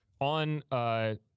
on, –